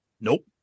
Nope